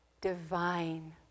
divine